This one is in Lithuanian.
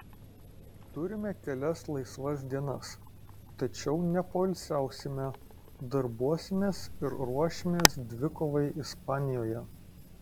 turime kelias laisvas dienas tačiau nepoilsiausime darbuosimės ir ruošimės dvikovai ispanijoje